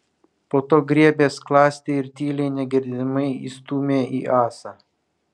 po to griebė skląstį ir tyliai negirdimai įstūmė į ąsą